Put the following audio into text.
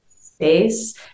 space